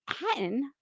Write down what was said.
Hatton